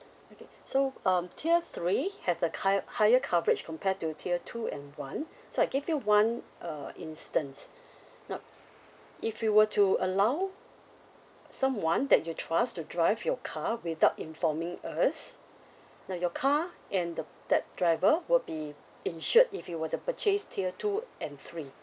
okay so um tier three have the high higher coverage compared to tier two and one so I give you one uh instance now if you were to allow someone that you trust to drive your car without informing us now your car and the that driver will be insured if you were to purchase tier two and three